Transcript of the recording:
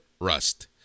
Rust